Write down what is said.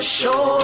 show